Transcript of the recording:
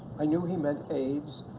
i knew he meant aids,